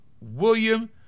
William